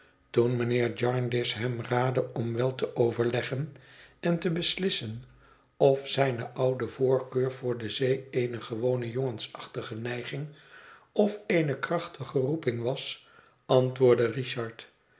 toen mijnheer jarndyce hem raadde om wel te overleggen en te beslissen of zijne oude voorkeur voor de zee eene gewone jongensachtige neiging of eene krachtige roeping was antwoordde richard